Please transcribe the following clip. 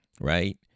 Right